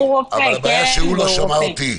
אבל הבעיה שהוא לא שמע אותי.